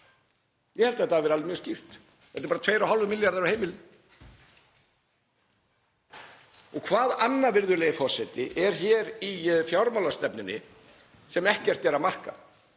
Ég held að þetta hafi verið mjög skýrt. Þetta eru 2,5 milljarðar á heimilin. Hvað annað, virðulegi forseti, er hér í fjármálastefnunni sem ekkert er að marka?